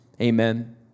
Amen